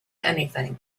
anything